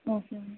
okay ma'am